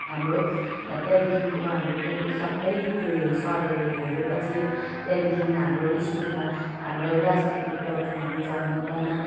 हाम्रो त्यहाँदेखिको हाम्रो त्यहाँदेखि त्यो सबै त्यो सरहरूले हेरेपछि त्यहाँदेखि हाम्रो स्कुलमा हाम्रो राष्ट्र गीत गाउथ्यौँ हामी जन गन